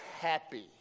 happy